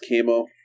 Camo